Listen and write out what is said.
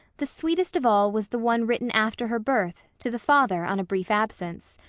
the sweetest of all was the one written after her birth to the father on a brief absence.